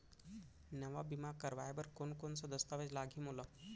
नवा बीमा करवाय बर कोन कोन स दस्तावेज लागही मोला?